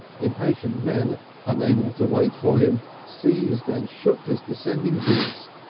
impatient men unable to wait for him seized and shook his descending boots,